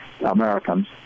Americans